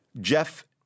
Jeff